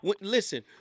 listen